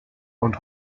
und